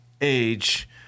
age